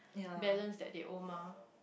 balance that they owe mah